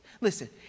Listen